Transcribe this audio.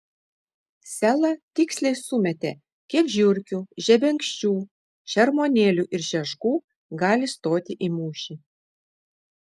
sela tiksliai sumetė kiek žiurkių žebenkščių šermuonėlių ir šeškų gali stoti į mūšį